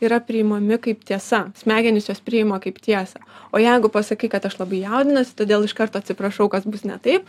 yra priimami kaip tiesa smegenys juos priima kaip tiesą o jeigu pasakai kad aš labai jaudinuosi todėl iš karto atsiprašau kas bus ne taip